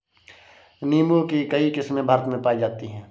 नीम्बू की कई किस्मे भारत में पाई जाती है